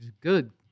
Good